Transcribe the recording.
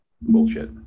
bullshit